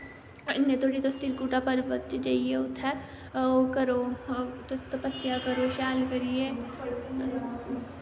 इन्ने धोड़ी तुस त्रिकुटा पर्वत च जाइयै उत्थै ओह् करो तपस्सेआ करो शैल करियै